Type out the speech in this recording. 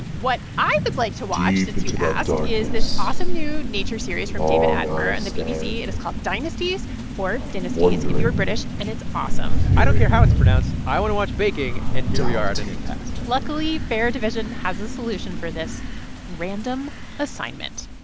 what i would like to watch, since you asked, is this awesome new nature series from david attenborough and the bbc. it is called dynasties or denasties if you re british and it's awesome i don't care how it's pronounced. i want to watch baking, and here we are at an impasse luckily, fair division has a solution for this random assignment,